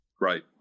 Right